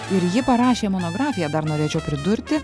ir ji parašė monografiją dar norėčiau pridurti